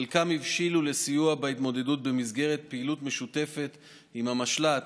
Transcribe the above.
חלקם הבשילו לסיוע בהתמודדות במסגרת פעילות משותפת עם המשל"ט,